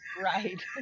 Right